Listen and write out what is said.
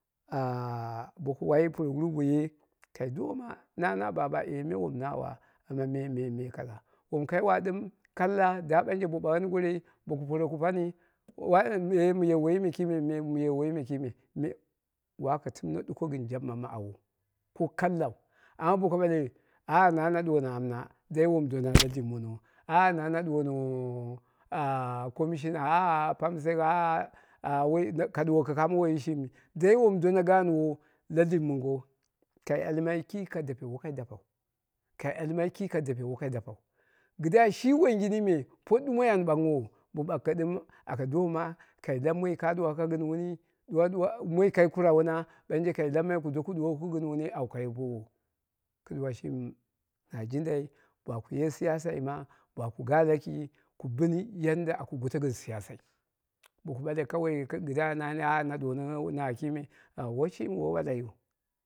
Ah boku wai puro guru ba ye kai doma nama baba eh me wom na wa amma me me kaza wom kai wa ɗɨm kalla damanje bo ɓanghoni gorei boku poroku bani wa eh miye woiyi me kime, mɨye woiyi me kime, waka tinne ɗuko gɨn jaɓɨma awou ko kallau amma boko ɓale na na ɗuwono amna dai wom doma la dip mono ah na na ɗuwono ah commissioner dh perm sech ah woi ka ɗuwoko kamo shimi dai wom dona gaanwo la dip mongo kai almai ki ka dape woi kai dappau, kai almai ki ka dape wokai dappau. Kɨdda shi woingini me por dumoi an banggho wo, ba baghke ɗɨm kai lau moi ka ɗuwoka gɨn wuni kɨduwa moi kai kura wuno, kai lammai bita ku ɗuwoku gɨn wun au kayo boowo. Kɨduwa shimi na jindai baku ye siyasai ma, daku ga laki ku bɨni yanda aku goto gɨn siyasai boku ɓale kawai kɨdo a nam na kime woi shimi woi ɓalai yu